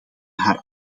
haar